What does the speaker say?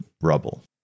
rubble